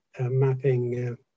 mapping